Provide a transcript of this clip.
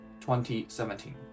2017